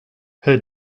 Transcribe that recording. her